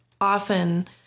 often